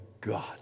God